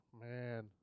man